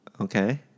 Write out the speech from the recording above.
Okay